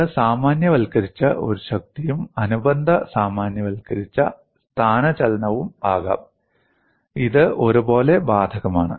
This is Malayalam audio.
ഇത് സാമാന്യവൽക്കരിച്ച ഒരു ശക്തിയും അനുബന്ധ സാമാന്യവൽക്കരിച്ച സ്ഥാനചലനവും ആകാം ഇത് ഒരുപോലെ ബാധകമാണ്